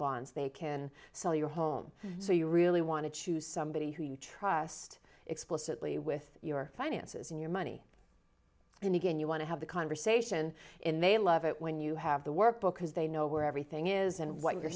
bonds they can sell your home so you really want to choose somebody who you trust explicitly with your finances and your money and again you want to have the conversation and they love it when you have the workbook because they know where everything is and what your